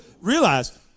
realize